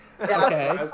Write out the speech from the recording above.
Okay